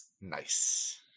Nice